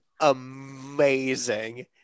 amazing